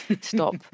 stop